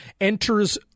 enters